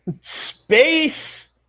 Space